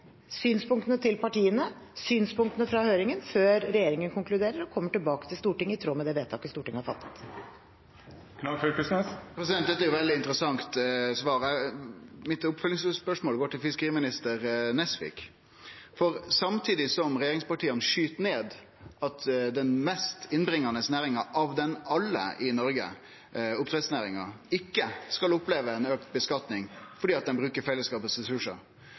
synspunktene til partiene, synspunktene fra høringen – før regjeringen konkluderer og kommer tilbake til Stortinget, i tråd med det vedtaket som Stortinget har fattet. Det vert opna for oppfølgingsspørsmål – først Torgeir Knag Fylkesnes. Dette er jo eit veldig interessant svar. Oppfølgingsspørsmålet mitt går til fiskeriminister Nesvik. For samtidig som regjeringspartia skyt ned at den mest lønsame næringa av dei alle i Noreg, oppdrettsnæringa, skal oppleve ei auka skattlegging fordi dei bruker